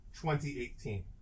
2018